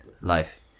life